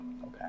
Okay